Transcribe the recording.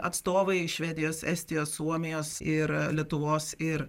atstovai švedijos estijos suomijos ir lietuvos ir